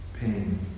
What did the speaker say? pain